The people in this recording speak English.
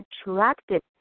attractive